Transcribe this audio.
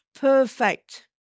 perfect